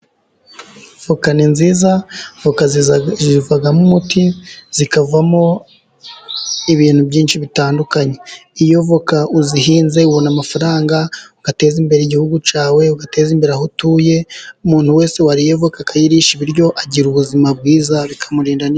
Voka ni nziza voka zivamo umuti zikavamo ibintu byinshi bitandukanye, iyo voka uzihinze ubona amafaranga ugateze imbere igihugu cyawe, ugateze imbere aho utuye. Umuntu wese wariye voka akayirisha ibiryo, agira ubuzima bwiza bikamurinda ni....